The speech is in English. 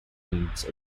needs